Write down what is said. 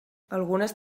algunes